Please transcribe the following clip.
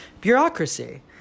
bureaucracy